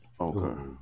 Okay